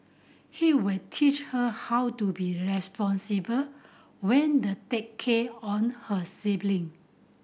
he will teach her how to be responsible when the take care on her sibling